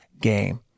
game